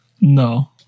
no